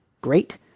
great